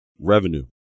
revenue